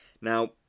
Now